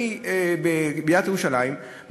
בעיריית ירושלים,